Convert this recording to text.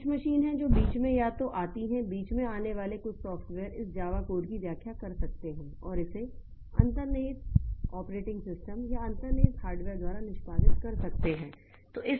तो कुछ मशीन है जो बीच में या तो आती है बीच में आने वाले कुछ सॉफ्टवेयर इस जावा कोड की व्याख्या कर सकते हैं और इसे अंतर्निहित ऑपरेटिंग सिस्टम या अंतर्निहित हार्डवेयर द्वारा निष्पादित कर सकते हैं